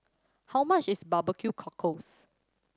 how much is barbecue cockles